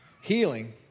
Healing